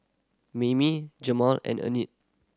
Mammie Jamaal and Enid